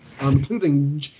including